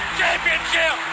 championship